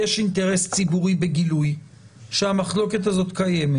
יש אינטרס ציבורי בגילוי שהמחלוקת הזאת קיימת.